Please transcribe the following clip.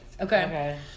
Okay